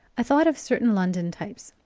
i thought of certain london types,